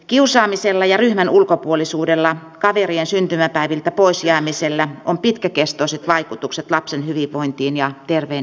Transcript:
kiusaamisella ja ryhmän ulkopuolisuudella kaverien syntymäpäiviltä pois jäämisellä on pitkäkestoiset vaikutukset lapsen hyvinvointiin ja terveen itsetunnon kehitykseen